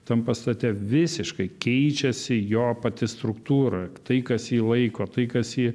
tam pastate visiškai keičiasi jo pati struktūra tai kas jį laiko tai kas jį